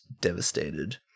devastated